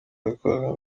yabikoraga